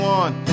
one